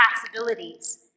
possibilities